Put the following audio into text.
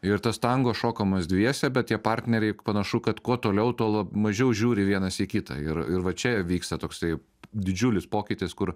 ir tas tango šokamas dviese bet tie partneriai panašu kad kuo toliau tuo lab mažiau žiūri vienas į kitą ir ir va čia vyksta toksai didžiulis pokytis kur